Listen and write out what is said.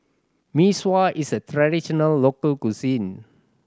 Mee Sua is a traditional local cuisine